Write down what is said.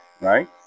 Right